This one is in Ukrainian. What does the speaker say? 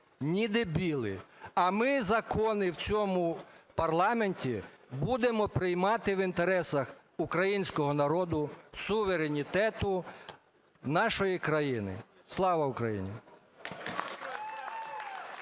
ні дебіли. А ми закони в цьому парламенті будемо приймати в інтересах українського народу, суверенітету нашої країни. Слава Україні!